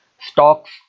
stocks